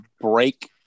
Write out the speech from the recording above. break